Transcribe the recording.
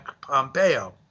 Pompeo